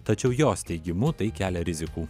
tačiau jos teigimu tai kelia rizikų